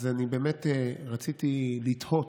אגב, אני אמרתי שנדון בזה בכנסת.